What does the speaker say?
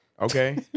Okay